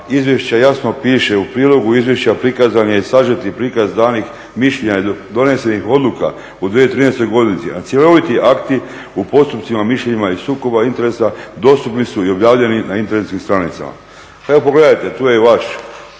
izvješća jasno piše, u prilogu izvješća prikazan je sažeti prikaz danih mišljenja, donesenih odluka u 2013. godini, a cjeloviti akti u postupcima, mišljenjima i sukoba interesa dostupni su i objavljeni na internetskim stranicama. Evo, pogledajte, tu je i vaš